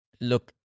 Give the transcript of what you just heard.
look